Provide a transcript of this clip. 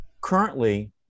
Currently